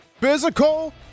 Physical